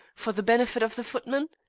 for the benefit of the footman?